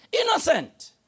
Innocent